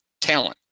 talent